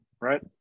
right